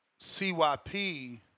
CYP